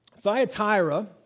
Thyatira